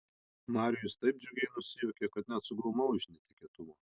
marijus taip džiugiai nusijuokė kad net suglumau iš netikėtumo